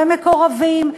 ומקורבים,